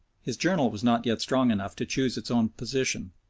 his journal was not yet strong enough to choose its own position,